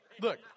look